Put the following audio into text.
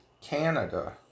Canada